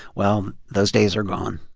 well, those days are gone